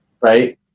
right